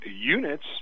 units